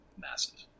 massive